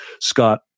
Scott